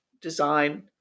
design